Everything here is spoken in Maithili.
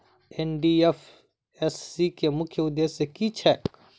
एन.डी.एफ.एस.सी केँ मुख्य उद्देश्य की छैक?